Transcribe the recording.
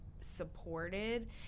supported